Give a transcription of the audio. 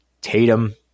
Tatum